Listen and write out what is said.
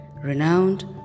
renowned